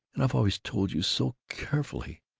and i've always told you, so carefully,